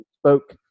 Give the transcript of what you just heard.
spoke